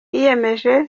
yiyemeje